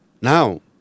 Now